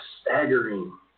staggering